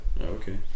Okay